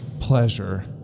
Pleasure